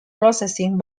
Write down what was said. processing